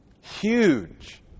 Huge